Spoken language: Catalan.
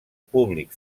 públic